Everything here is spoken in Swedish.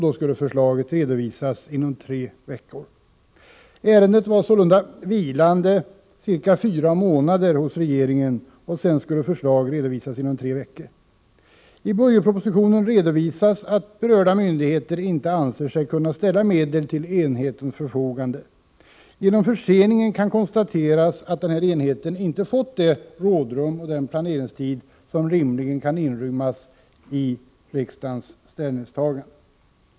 Då skulle förslag redovisas inom tre veckor. Ärendet vilade sålunda ca fyra månader hos regeringen, och sedan skulle förslag redovisas inom tre veckor. I budgetpropositionen redovisas att berörda myndigheter inte anser sig kunna ställa medel till enhetens förfogande. Det kan konstateras att enheten till följd av förseningen inte fått det rådrum och den planeringstid som rimligen kan inrymmas i riksdagens ställningstagande.